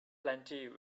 plenty